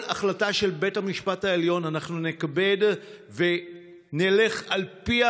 כל החלטה של בית המשפט העליון אנחנו נכבד ונלך על פיה,